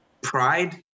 pride